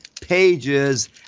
pages